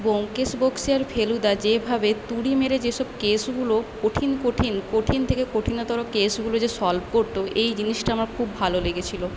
ব্যোমকেশ বক্সী আর ফেলুদা যেভাবে তুড়ি মেরে যেসব কেসগুলো কঠিন কঠিন কঠিন থেকে কঠিনতর কেসগুলো যে সল্ভ করত এই জিনিসটা আমার খুব ভালো লেগেছিলো